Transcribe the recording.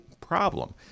problem